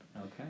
Okay